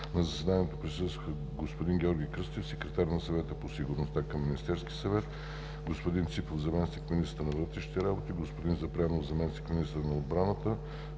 На заседанието присъстваха: господин Георги Кръстев, секретар на Съвета по сигурността към Министерския съвет; господин Красимир Ципов, заместник-министър на вътрешните работи; господин Атанас Запрянов, заместник-министър на отбраната;